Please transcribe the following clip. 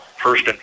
first